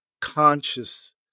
conscious